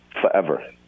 forever